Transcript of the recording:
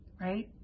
right